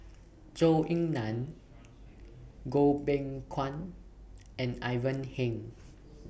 Zhou Ying NAN Goh Beng Kwan and Ivan Heng